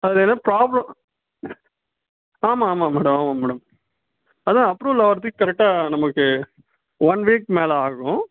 அதில் எதோ ப்ராப்ளம் ஆமாம் ஆமாம் மேடம் ஆமாம் மேடம் அதான் அப்ரூவல் ஆகுறதுக்கு கரெக்டாக நமக்கு ஒன் வீக் மேலே ஆகும்